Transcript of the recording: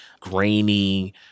grainy